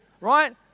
right